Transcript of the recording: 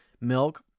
milk